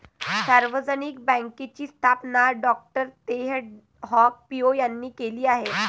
सार्वजनिक बँकेची स्थापना डॉ तेह हाँग पिओ यांनी केली आहे